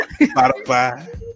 Spotify